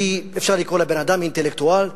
שאפשר לקרוא לה "בן-אדם אינטלקטואל",